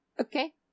okay